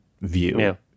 view